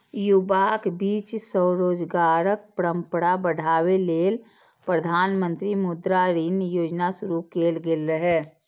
युवाक बीच स्वरोजगारक परंपरा बढ़ाबै लेल प्रधानमंत्री मुद्रा ऋण योजना शुरू कैल गेल रहै